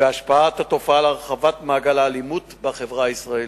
ועם השפעת התופעה על הרחבת מעגל האלימות בחברה הישראלית.